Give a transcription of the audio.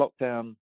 lockdown